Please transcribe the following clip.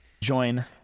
join